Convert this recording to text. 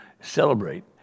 celebrate